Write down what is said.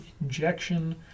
injection